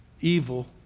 evil